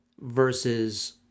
versus